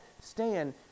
stand